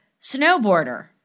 snowboarder